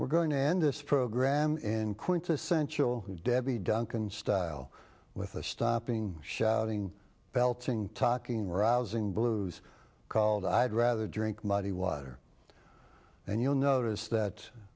we're going to end this program in quintessential debbie duncan style with us stopping shouting belting talking rousing blues called i'd rather drink muddy water and you'll notice that